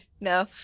No